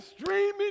streaming